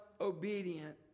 obedient